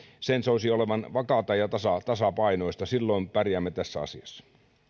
soisi olevan vakaata ja tasapainoista silloin pärjäämme tässä asiassa